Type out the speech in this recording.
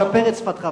שפר את שפתך,